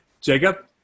Jacob